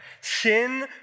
Sin